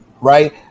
right